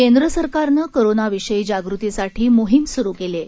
केंद्र सरकारनं कोरोनाविषयी जागृतीसाठी मोहीम सुरु केली आहे